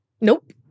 Nope